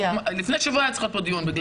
לפני שבוע היה אצלך כאן דיון.